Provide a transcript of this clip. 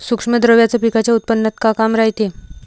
सूक्ष्म द्रव्याचं पिकाच्या उत्पन्नात का काम रायते?